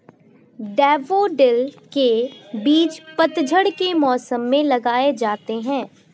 daffodil के बीज पतझड़ के मौसम में लगाए जाते हैं